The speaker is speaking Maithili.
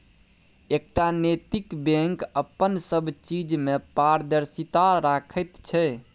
एकटा नैतिक बैंक अपन सब चीज मे पारदर्शिता राखैत छै